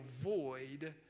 avoid